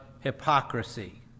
hypocrisy